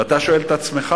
ואתה שואל את עצמך: